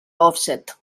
òfset